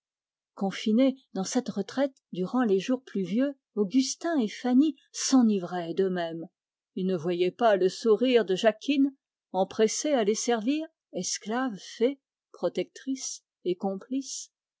confinés dans cette retraite durant les jours pluvieux augustin et fanny s'enivraient d'eux-mêmes ils ne voyaient pas le sourire de jacquine empressée à les servir esclave fée protectrice et complice